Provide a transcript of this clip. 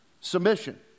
submission